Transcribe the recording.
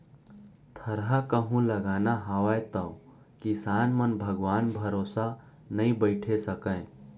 थरहा कहूं लगाना हावय तौ किसान मन भगवान भरोसा नइ बइठे सकयँ